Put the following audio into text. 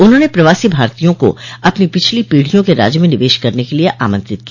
उन्होंने प्रवासी भारतीयों को अपनी पिछली पीढ़ियों के राज्य में निवेश करने के लिए आमंत्रित किया